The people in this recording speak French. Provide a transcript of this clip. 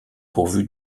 pourvu